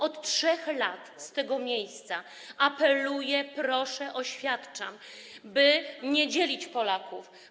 Od 3 lat z tego miejsca apeluję, proszę, oświadczam, by nie dzielić Polaków.